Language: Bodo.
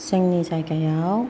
जोंनि जायगायाव